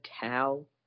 towel